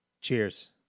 Cheers